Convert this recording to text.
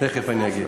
תכף אני אגיד.